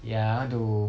ya I want to